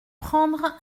prendre